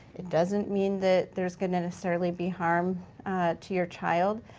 it doesn't mean that there's gonna necessarily be harm to your child.